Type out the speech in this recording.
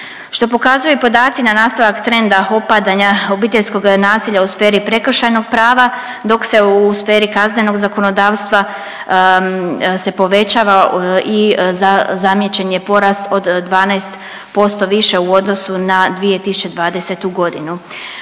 što pokazuju i podaci na nastavak trenda opadanja obiteljskog nasilja u sferi prekršajnog prava dok se u sferi kaznenog zakonodavstva se povećava i zamijećen je porast od 12% više u odnosu na 2020.g.